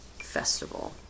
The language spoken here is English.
festival